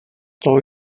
toho